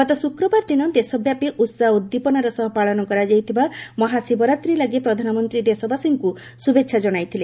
ଗତ ଶ୍ରକ୍ରବାର ଦିନ ଦେଶବ୍ୟାପୀ ଉହାହ ଓ ଉଦ୍ଦୀପନାର ସହ ପାଳନ କରାଯାଇଥିବା ମହାଶିବରାତ୍ରୀ ଲାଗି ପ୍ରଧାନମନ୍ତ୍ରୀ ଦେଶବାସୀଙ୍କୁ ଶୁଭେଚ୍ଛା ଜଣାଇଥିଲେ